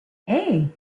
hey